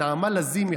נעמה לזימי,